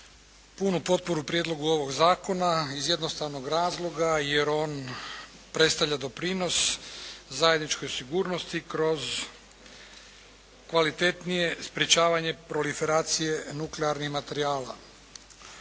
punu potporu prijedlogu ovog zakona iz jednostavnog razloga jer on predstavlja doprinos zajedničkoj sigurnosti kroz kvalitetnije sprječavanje proliferacije nuklearnih materijala.